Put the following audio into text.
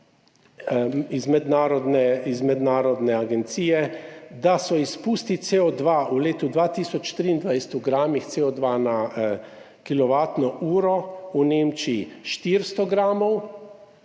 iz mednarodne agencije, da so izpusti CO2 v letu 2023 v gramih CO2 na kilovatno uro v Nemčiji 400 gramov,